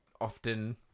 often